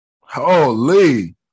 Holy